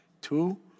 two